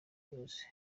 news